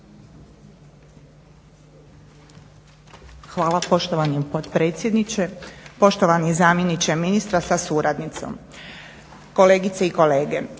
Hvala poštovani potpredsjedniče, poštovani zamjeniče ministra sa suradnicom, kolegice i kolege.